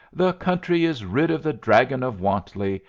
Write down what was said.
the country is rid of the dragon of wantley,